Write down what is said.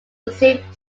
received